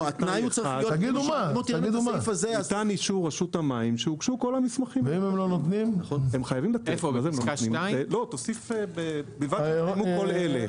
ניתן אישור רשות המים שהוגשו כל המסמכים - ובלבד שהתקיימו כל אלה.